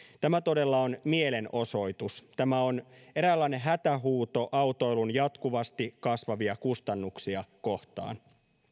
tämä todella on mielenosoitus tämä on eräänlainen hätähuuto autoilun jatkuvasti kasvavia kustannuksia kohtaan